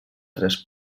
tres